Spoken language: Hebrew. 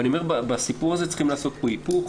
אני אומר שבסיפור הזה צריכים לעשות היפוך,